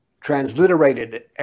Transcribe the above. transliterated